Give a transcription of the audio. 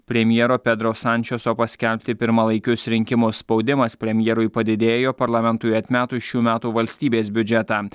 premjero pedro sančioso o paskelbti pirmalaikius rinkimus spaudimas premjerui padidėjo parlamentui atmetus šių metų valstybės biudžetą